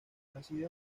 nacido